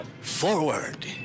forward